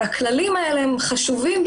הכללים האלה חשובים,